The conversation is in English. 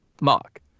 mark